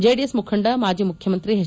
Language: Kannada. ಜೆಡಿಎಸ್ ಮುಖಂಡ ಮಾಜಿ ಮುಖ್ಯಮಂತ್ರಿ ಎಚ್